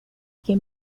que